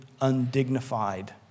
undignified